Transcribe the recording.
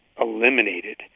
eliminated